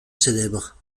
célèbres